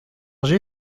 j’ai